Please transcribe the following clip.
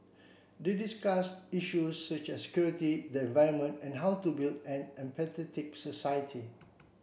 they discussed issues such as security the environment and how to build an empathetic society